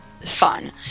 fun